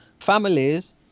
families